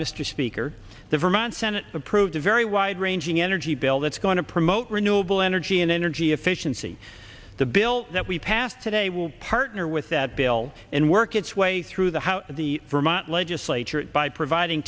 mr speaker the vermont senate approved a very wide ranging energy bill that's going to promote renewable energy and energy efficiency the bill that we passed today will partner with that bill and work its way through the house of the vermont legislature by providing